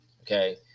Okay